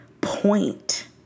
point